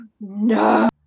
no